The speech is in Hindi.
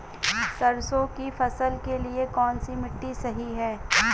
सरसों की फसल के लिए कौनसी मिट्टी सही हैं?